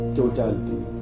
totality